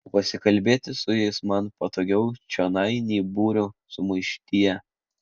o pasikalbėti su jais man patogiau čionai nei biuro sumaištyje